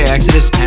Exodus